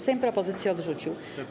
Sejm propozycje odrzucił.